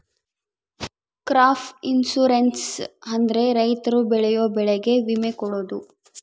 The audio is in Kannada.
ಕ್ರಾಪ್ ಇನ್ಸೂರೆನ್ಸ್ ಅಂದ್ರೆ ರೈತರು ಬೆಳೆಯೋ ಬೆಳೆಗೆ ವಿಮೆ ಕೊಡೋದು